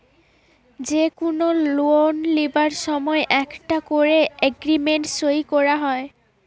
যে কুনো লোন লিবার সময় একটা কোরে এগ্রিমেন্ট সই কোরা হয়